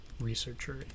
researcher